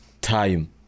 time